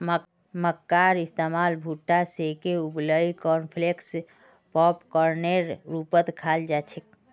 मक्कार इस्तमाल भुट्टा सेंके उबलई कॉर्नफलेक्स पॉपकार्नेर रूपत खाल जा छेक